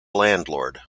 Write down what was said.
landlord